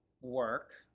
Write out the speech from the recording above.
work